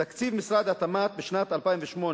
תקציב משרד התמ"ת לשנת 2008,